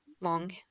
long